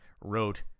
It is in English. wrote